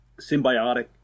symbiotic